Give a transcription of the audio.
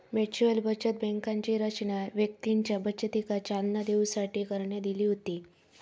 mutual बचत बँकांची रचना व्यक्तींच्या बचतीका चालना देऊसाठी करण्यात इली होती